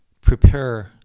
prepare